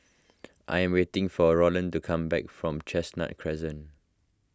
I am waiting for Rolland to come back from Chestnut Crescent